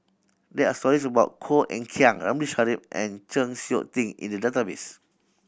there are stories about Koh Eng Kian Ramli Sarip and Chng Seok Tin in the database